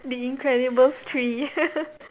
the incredibles three